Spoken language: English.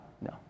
no